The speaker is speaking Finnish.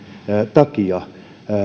takia